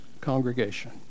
congregation